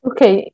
Okay